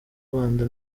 rwanda